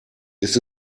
ist